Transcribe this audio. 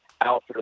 out